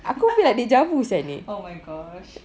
aku feel like deja vu sia ni